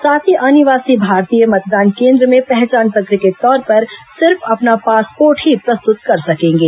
साथ ही अनिवासी भारतीय मतदान केन्द्र में पहचान पत्र के तौर पर सिर्फ अपना पासपोर्ट ही प्रस्तुत कर सकेंगे